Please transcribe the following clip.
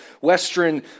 Western